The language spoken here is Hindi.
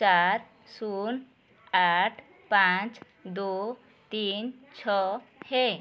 सात शून्य आठ पाँच दो तीन छः है